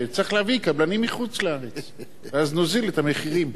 שצריך להביא קבלנים מחוץ-לארץ ואז נוזיל את המחירים.